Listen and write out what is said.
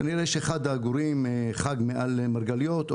כנראה שאחד העגורים חג מעל מרגליות,